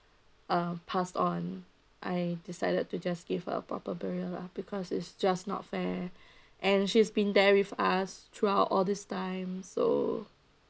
uh pass on I decided to just give her proper burial lah because it's just not fair and she's been there with us throughout all this time so